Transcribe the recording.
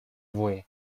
voie